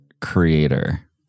creator